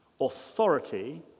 Authority